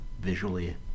visually